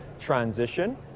transition